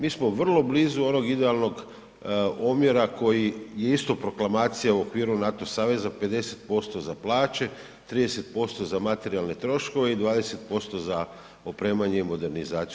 Mi smo vrlo blizu onog idealnog omjera koji je isto proklamacija u okviru NATO saveza 50% za plaće, 30% za materijalne troškove i 20% za opremanje i modernizaciju.